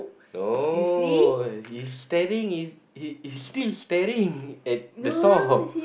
no he's staring is he he's still staring at the saw